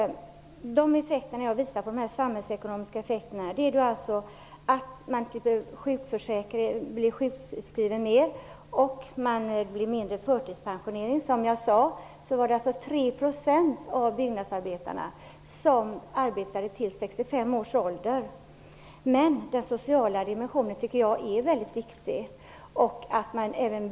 Det innebär samhällsekonomiska vinster att människor undviker sjukskrivning och förtidspensionering. Som jag sade, är det 3 % av byggnadsarbetarna som arbetar till 65 års ålder. Men den sociala dimensionen tycker jag är väldigt viktig.